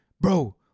bro